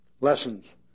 lessons